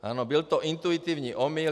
Ano, byl to intuitivní omyl.